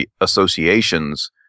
associations